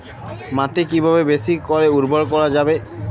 মাটি কিভাবে বেশী করে উর্বর করা যাবে?